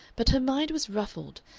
but her mind was ruffled,